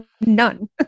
none